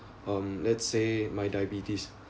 um let's say my diabetes